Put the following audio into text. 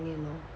念 lor